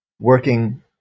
working